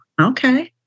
okay